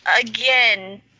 Again